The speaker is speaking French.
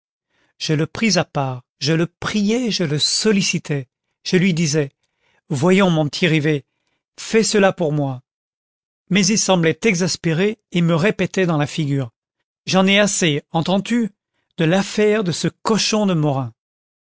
je le pris à part je le priai je le sollicitai je lui disais voyons mon petit rivet fais cela pour moi mais il semblait exaspéré et me répétait dans la figure j'en ai assez entends-tu de l'affaire de ce cochon de morin